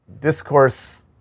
discourse